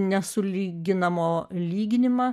nesulyginamo lyginimą